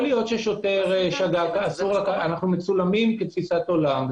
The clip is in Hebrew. אנחנו מצולמים כתפיסת עולם.